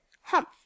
Humph